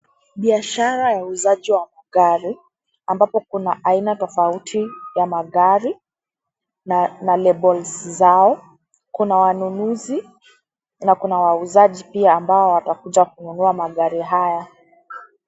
Biashara ya uuzaji wa magari, ambapo kuna aina tofauti ya magari na labels zao, kuna wanunuzi na kuna wauzaji pia ambao watakuja kununua magari haya.